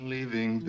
Leaving